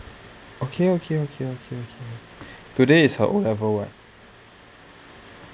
okay okay okay okay okay today is her O level lah